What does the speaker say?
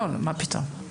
מה פתאום.